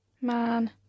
Man